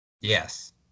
Yes